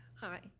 Hi